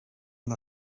una